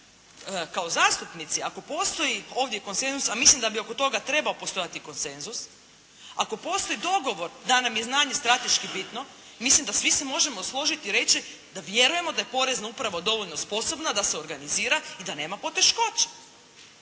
kao zastupnici ako postoji ovdje konsenzus, a mislim da bi oko toga trebao postojati konsenzus, ako postoji dogovor da nam je znanje strateški bitno mislim da svi se možemo složiti i reći da vjerujemo da je porezna uprava dovoljno sposobna da se organizira i da nema poteškoća,